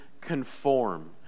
conform